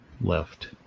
left